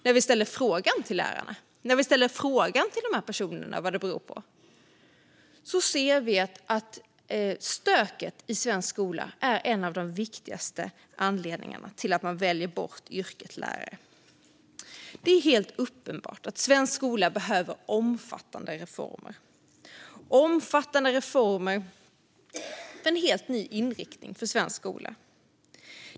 När vi frågar lärarna, när vi frågar de personerna, vad det beror på ser vi att stöket i svensk skola är en av de viktigaste anledningarna till att man väljer bort att jobba som lärare. Det är uppenbart att svensk skola behöver omfattande reformer och en helt ny inriktning.